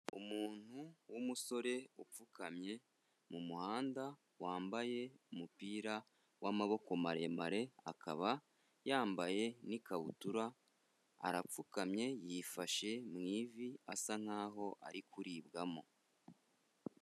Umuntu w'umusore upfukamye mu muhanda wambaye umupira w'amaboko maremare akaba yambaye n'ikabutura, arapfukamye yifashe mu ivi asa nk'aho ari kuribwamo.